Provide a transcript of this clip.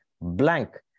blank